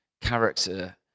character